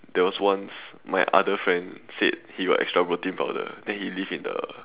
there was once my other friend said he got extra protein powder then he leave in the